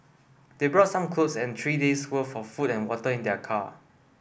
they brought some clothes and three day's worth of food and water in their car